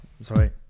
Sorry